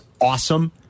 awesome